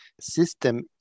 system